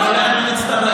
אני הולך למצטבר,